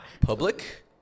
Public